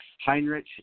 Heinrich